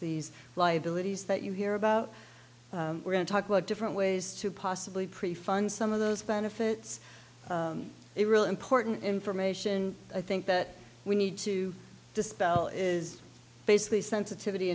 these liabilities that you hear about we're going to talk about different ways to possibly pre fund some of those benefits it real important information i think that we need to dispel is basically sensitivity